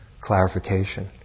clarification